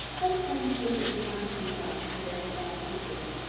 let us go and see if we can find some more, suggested anne eagerly.